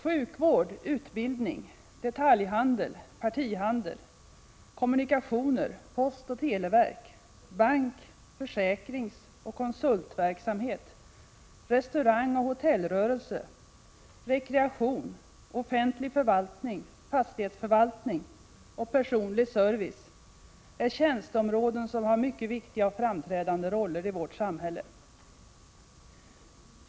Sjukvård, utbildning, detaljhandel, partihandel, kommunikationer, post och televerk, bank-, försäkringsoch konsultverksamhet, restaurangoch hotellrörelse, rekreation, offentlig förvaltning, fastighetsförvaltning och personlig service är tjänsteområden som har mycket viktiga och framträdande roller i vårt samhälle.